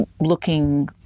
looking